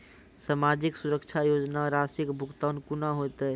समाजिक सुरक्षा योजना राशिक भुगतान कूना हेतै?